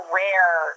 rare